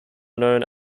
known